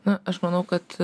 na aš manau kad